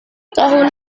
tahun